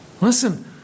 Listen